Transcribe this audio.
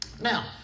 Now